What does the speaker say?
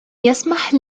يسمح